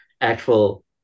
actual